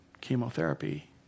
chemotherapy